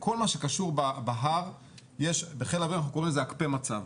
שבכל מה שקשור בהר בחיל האוויר אנחנו קוראים לזה הקפא מצב.